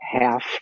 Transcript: half